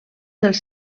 dels